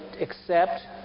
accept